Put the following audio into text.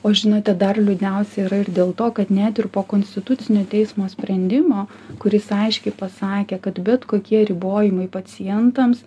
o žinote dar liūdniausia yra ir dėl to kad net ir po konstitucinio teismo sprendimo kuris aiškiai pasakė kad bet kokie ribojimai pacientams